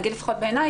לפחות בעיני,